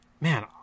man